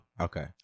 okay